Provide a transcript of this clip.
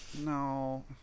No